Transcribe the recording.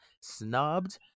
snubbed